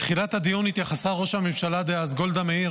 בתחילת הדיון התייחסה ראש הממשלה דאז גולדה מאיר